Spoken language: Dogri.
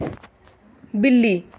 बिल्ली